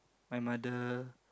my mother